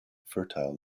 fertile